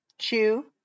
chew